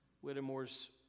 Whittemore's